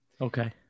Okay